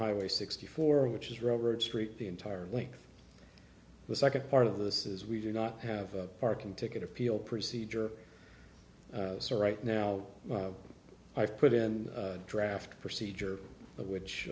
highway sixty four which is railroad street the entire length the second part of this is we do not have a parking ticket appeal procedure right now i've put in a draft procedure which